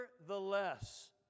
Nevertheless